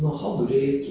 so